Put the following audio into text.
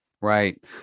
Right